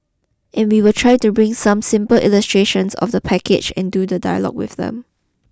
and we will try to bring some simple illustrations of the package and do the dialogue with them